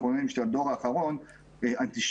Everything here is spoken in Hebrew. אנחנו רואים שבדור האחרון שאנטישמיות,